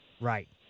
Right